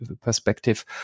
perspective